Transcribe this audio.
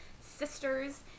sisters